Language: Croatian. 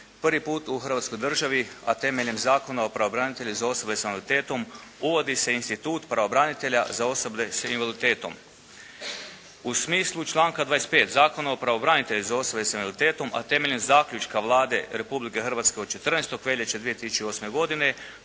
Prvi put u Hrvatskoj državi a temeljem Zakona o pravobranitelju za osobe s invaliditetom uvodi se institut pravobranitelja za osobe s invaliditetom. U smislu članka 25. Zakona o pravobranitelju za osobe s invaliditetom a temeljem zaključka Vlade Republike Hrvatske od 14. veljače 2008. godine